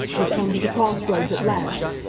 you've come to the crossroads at last.